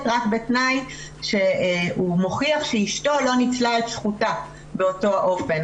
רק בתנאי שהוא מוכיח שאשתו לא ניצלה את זכותה באותו אופן.